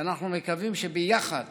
ואנחנו מקווים שביחד